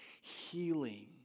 healing